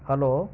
hello